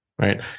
right